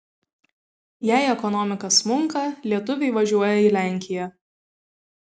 jei ekonomika smunka lietuviai važiuoja į lenkiją